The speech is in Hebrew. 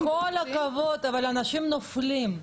עם כל הכבוד, אבל אנשים נופלים.